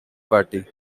party